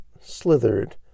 slithered